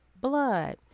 blood